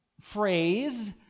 phrase